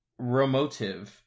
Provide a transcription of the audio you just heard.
Remotive